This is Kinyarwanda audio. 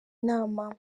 nama